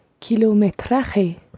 kilometraje